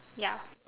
ya